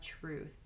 truth